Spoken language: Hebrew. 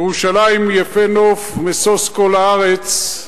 ירושלים, "יפה נוף, משוש כל הארץ",